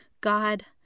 God